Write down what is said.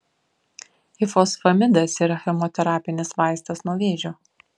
ifosfamidas yra chemoterapinis vaistas nuo vėžio